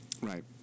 Right